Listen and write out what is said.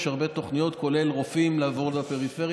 יש הרבה תוכניות, כולל לרופאים, לעבור לפריפריה.